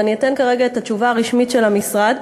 ואני אתן כרגע את התשובה הרשמית של המשרד,